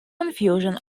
confusion